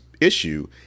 issue